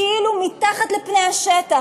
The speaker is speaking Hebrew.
כאילו, מתחת לפני השטח.